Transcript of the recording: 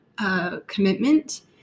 commitment